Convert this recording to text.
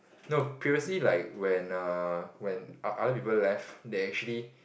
no previously like when err when o~ other people left they actually